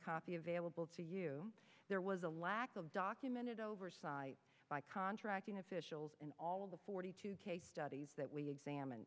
a copy available to you there was a lack of documented oversight by contracting officials in all of the forty two case studies that we examined